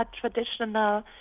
traditional